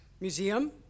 museum